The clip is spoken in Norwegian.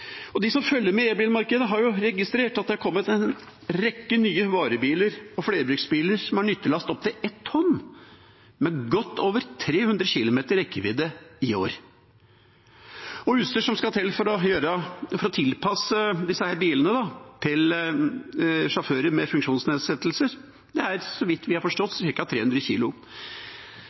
Og de som følger med i elbilmarkedet, har registrert at det har kommet en rekke nye varebiler og flerbruksbiler som har nyttelast opp til 1 tonn og godt over 300 km i rekkevidde, i år. Utstyret som skal til for å tilpasse disse bilene til sjåfører med funksjonsnedsettelse, er – så vidt vi har forstått – på ca. 300 kg.